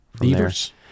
leaders